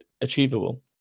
achievable